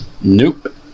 Nope